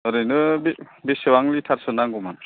ओरैनो बेसे बेसेबां लिटारसो नांगौमोन